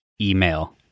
email